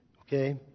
Okay